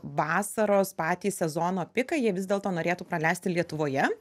vasaros patį sezono piką jie vis dėlto norėtų praleisti lietuvoje